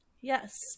Yes